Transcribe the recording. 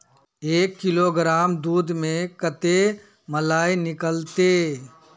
एक किलोग्राम दूध में कते मलाई निकलते?